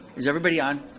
is everybody on?